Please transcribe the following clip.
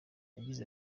yagize